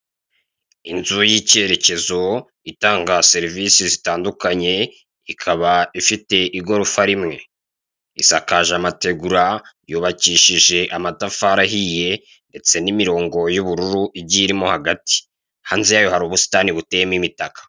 Inzu y'ikerekezo itanga serivise zitandukanye, ikaba ifite igorofa rimwe. Isakaje amategura, yubakishije amatafari ahiye, ndetse n'imirongo y'ubururu igiye irimo hagati. Hanze yayo hari ubusitani buteyemo imitaka.